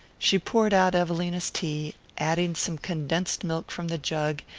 she poured out evelina's tea, adding some condensed milk from the jug,